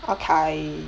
okay